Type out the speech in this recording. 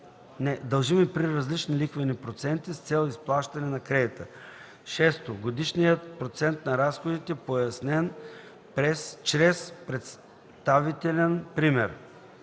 дължими при различни лихвени проценти, с цел изплащане на кредита; 6. годишния процент на разходите, пояснен чрез представителен пример;